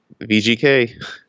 VGK